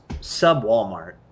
sub-Walmart